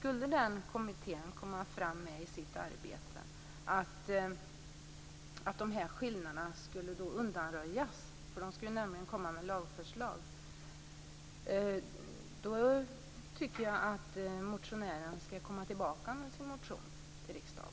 Om den kommittén kommer fram till att skillnaderna skall undanröjas - kommittén skall lägga fram lagförslag - tycker jag att motionären åter skall väcka en motion till riksdagen.